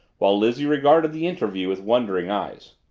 while lizzie regarded the interview with wondering eyes.